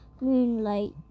moonlight